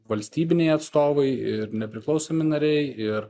valstybiniai atstovai ir nepriklausomi nariai ir